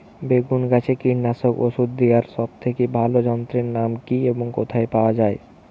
বেগুন গাছে কীটনাশক ওষুধ দেওয়ার সব থেকে ভালো যন্ত্রের নাম কি এবং কোথায় পাওয়া যায়?